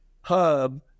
hub